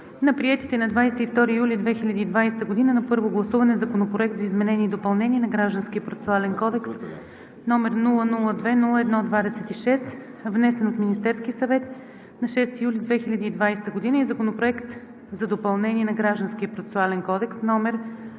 на приетите на 22 юли 2020 г. на първо гласуване Законопроект за изменение и допълнение на Гражданския процесуален кодекс, № 002-01-26, внесен от Министерския съвет на 6 юли 2020 г., и Законопроект за допълнение на Гражданския процесуален кодекс, № 054-01-67,